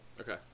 okay